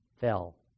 fell